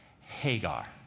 Hagar